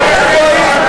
נמנעים.